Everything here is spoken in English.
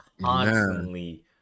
constantly